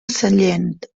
sellent